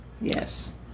yes